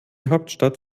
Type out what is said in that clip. hauptstadt